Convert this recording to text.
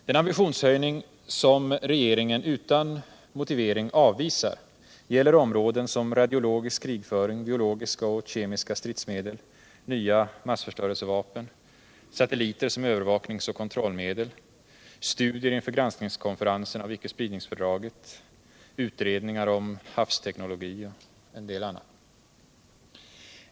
Den ambitionshöjning som regeringen utan motivering avvisar gäller områden som radiologisk krigföring, biologiska och kemiska stridsmedel, nya massförstörelsevapen, satelliter som övervakningsoch kontrollmedel, studier inför granskningskonferensen av icke-spridningsfördraget, utredningar om havsteknologi och en del annat.